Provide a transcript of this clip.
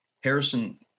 Harrison